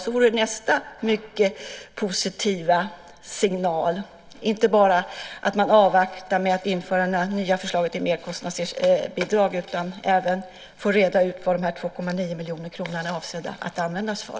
Det vore nästa mycket positiva signal, inte bara att man avvaktar med att införa detta nya förslag till merkostnadsbidrag utan att man även reder ut vad dessa 2,9 miljoner kronor är avsedda att användas för.